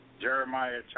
Jeremiah